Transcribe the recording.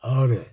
और